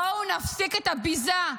בואו נפסיק את הביזה.